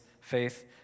faith